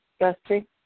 Dusty